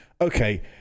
okay